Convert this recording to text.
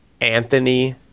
Anthony